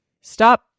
stop